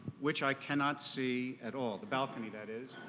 which i cannot see at all, the balcony that is.